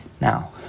Now